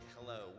hello